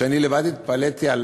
שאני עצמי התפלאתי על